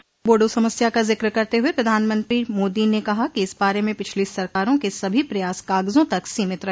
बोडो समस्या का जिक्र करते हुए प्रधानमंत्री मोदी ने कहा कि इस बारे में पिछली सरकारों के सभी प्रयास कागजों तक सीमित रहे